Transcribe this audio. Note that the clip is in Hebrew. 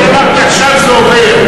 אני אמרתי: עכשיו זה עובר.